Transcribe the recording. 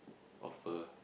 offer